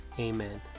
Amen